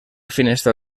finestra